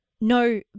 no